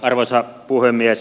arvoisa puhemies